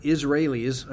Israelis